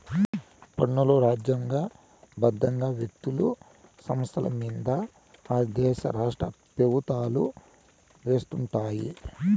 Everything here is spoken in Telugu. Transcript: పన్నులు రాజ్యాంగ బద్దంగా వ్యక్తులు, సంస్థలమింద ఆ దేశ రాష్ట్రపెవుత్వాలు వేస్తుండాయి